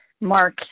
mark